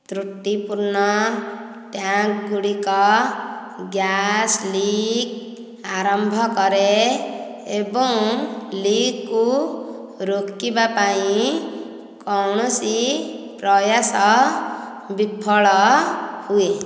ତ୍ରୁଟିପୂର୍ଣ୍ଣ ଟ୍ୟାଙ୍କ ଗୁଡ଼ିକ gas leak ଆରମ୍ଭ କରେ ଏବଂ ଲିକ୍କୁ ରୋକିବା ପାଇଁ କୌଣସି ପ୍ରୟାସ ବିଫଳ ହୁଏ